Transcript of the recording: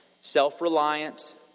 self-reliant